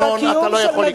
שאני יודעת שאתה שותף להם,